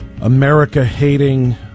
America-hating